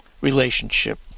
relationship